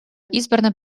избрана